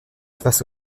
face